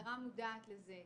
השרה מודעת לזה.